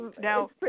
Now